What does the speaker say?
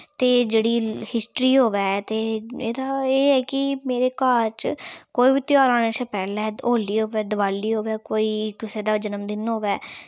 ते जेह्ड़ी हिस्ट्री होवै ते एह्दा एह् ऐ कि मेरे घर च कोई बी तेहार होने शा पैह्ले होली होवै दिवाली होवै कोई कुसै दा जन्मदिन होवै